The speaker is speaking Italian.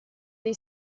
dei